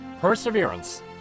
Perseverance